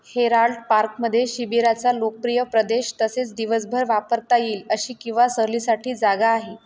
Herald पार्कमध्ये शिबिराचा लोकप्रिय प्रदेश तसेच दिवसभर वापरता येईल अशी किंवा सहलीसाठी जागा आहे